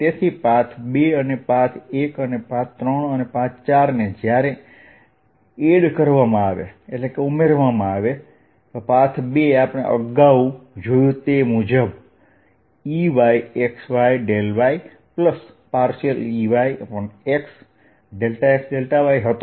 તેથી પાથ 2 અને પાથ 1 અને પાથ 3 અને પાથ 4 ને જ્યારે એડ કરવામાં આવે પાથ 2 આપણે અગાઉ જોયુ તે મુજબ EyxyyEY∂Xxy હતો